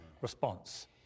response